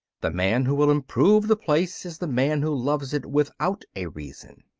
the man who will improve the place is the man who loves it without a reason.